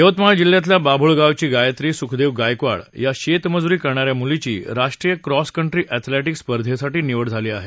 यवतमाळ जिल्ह्यातल्या बाभूळगावची गायत्री सुखदेव गायकवाड या शेतमजुरी करणा या मुलीची राष्ट्रीय क्रॉस कंट्री एथलेटिक स्पर्धेसाठी निवड झाली आहे